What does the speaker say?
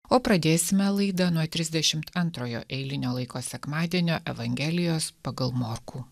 o pradėsime laidą nuo trisdešimt antrojo eilinio laiko sekmadienio evangelijos pagal morkų